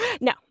No